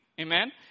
Amen